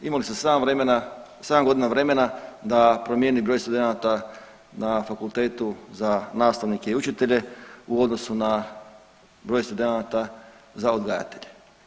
Imali ste 7 vremena, 7 godina vremena da promijeni broj studenata na fakultetu za nastavnike i učitelje u odnosu na broj studenata za odgajatelje.